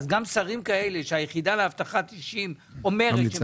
אז גם שרים כאלה שהיחידה לאבטחת אישים אומרת שהם